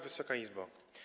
Wysoka Izbo!